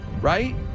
right